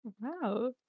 Wow